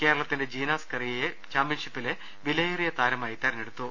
കേരളത്തിന്റെ ജീനാ സ്കറിയയെ ചാമ്പൃൻഷിപ്പിലെ വിലയേറിയ താരമായി തിരഞ്ഞെടുത്തു